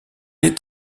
est